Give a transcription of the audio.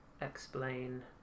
explain